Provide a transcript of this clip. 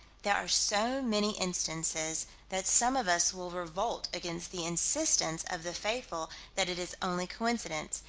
there are so many instances that some of us will revolt against the insistence of the faithful that it is only coincidence,